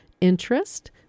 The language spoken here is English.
interest